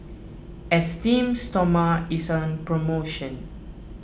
Esteem Stoma is on promotion